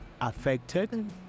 affected